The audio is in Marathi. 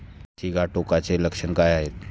सिगाटोकाची लक्षणे काय आहेत?